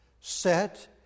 set